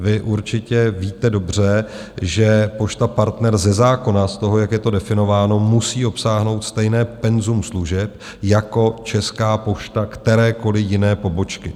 Vy určitě víte dobře, že Pošta Partner ze zákona, z toho, jak je to definováno, musí obsáhnout stejné penzum služeb jako Česká pošta kterékoliv jiné pobočky.